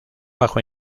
bajo